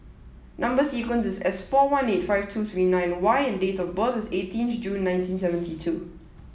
number sequence is S four one eight five two three nine Y and date of birth is eighteen June nineteen seventy two